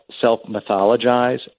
self-mythologize